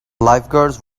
lifeguards